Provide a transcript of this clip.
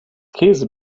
käse